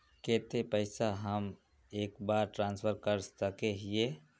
केते पैसा हम एक बार ट्रांसफर कर सके हीये?